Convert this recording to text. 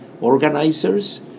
Organizers